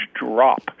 drop